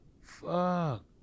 fuck